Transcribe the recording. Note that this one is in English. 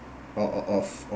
o~ o~ of